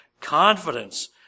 confidence